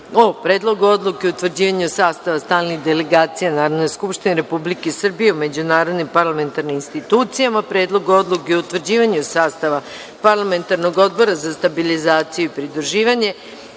Predlogu odluke o utvrđivanju sastava stalnih delegacija Narodne skupštine Republike Srbije u međunarodnim parlamentarnim institucijama; Predlogu odluke o utvrđivanju sastava Parlamentarnog odbora za stabilizaciju i pridruživanje;